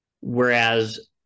Whereas